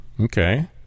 Okay